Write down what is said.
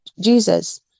Jesus